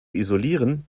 isolieren